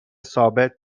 ثابت